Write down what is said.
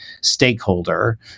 stakeholder